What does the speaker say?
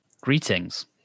Greetings